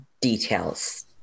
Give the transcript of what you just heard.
details